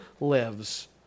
lives